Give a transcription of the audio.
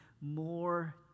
more